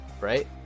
Right